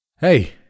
Hey